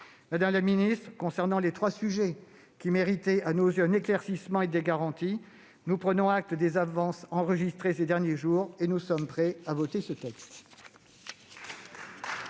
Madame la ministre, sur les trois sujets qui méritaient à nos yeux un éclaircissement et des garanties, nous prenons acte des avancées enregistrées ces derniers jours. Nous sommes prêts à voter ce texte.